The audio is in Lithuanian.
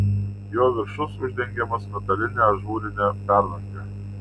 jo viršus uždengiamas metaline ažūrine perdanga